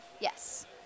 Yes